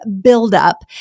buildup